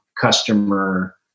customer